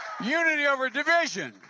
unity over division.